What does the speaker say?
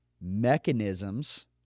mechanisms